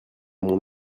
mon